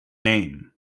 name